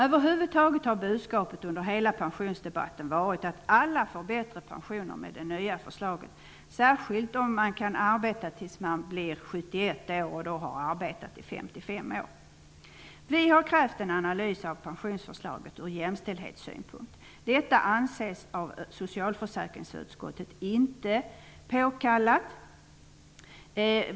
Över huvud taget har budskapet under hela pensionsdebatten varit att alla får högre pensioner med det nya förslaget, särskilt om man kan arbeta tills man blir 71 år och då har arbetat i Vi har krävt en analys av pensionsförslaget ur jämställdhetssynpunkt. Socialförsäkringsutskottet anser inte att detta behov är påkallat.